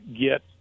get